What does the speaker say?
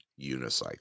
unicycle